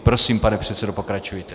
Prosím, pane předsedo, pokračujte.